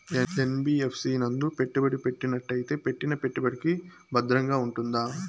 NBFC నందు పెట్టుబడి పెట్టినట్టయితే పెట్టిన పెట్టుబడికి భద్రంగా ఉంటుందా?